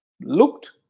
looked